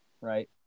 right